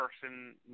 person